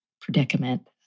predicament